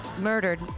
Murdered